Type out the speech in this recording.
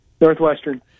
Northwestern